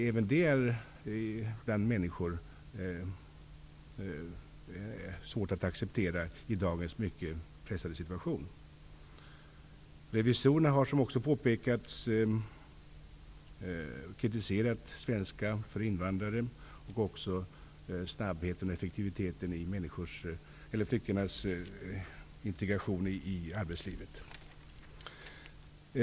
Även det är något som människor har svårt att acceptera i dagens mycket pressade situation. Revisorerna har, som också påpekats, kritiserat verksamheten svenska för invandrare samt snabbheten och effektiviteten när det gäller integreringen av flyktingarna i samhället.